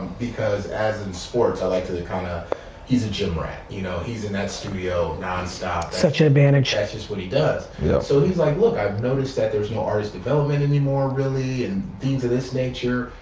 because as in sports, i like to to kind of he's a gym rat. you know he's in that studio, non-stop. such an advantage. that's just what he does. yeah so he's like, look, i've noticed that there's no artist development anymore really and things of this nature.